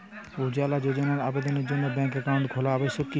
উজ্জ্বলা যোজনার আবেদনের জন্য ব্যাঙ্কে অ্যাকাউন্ট খোলা আবশ্যক কি?